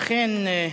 אכן,